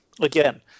again